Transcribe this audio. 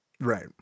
Right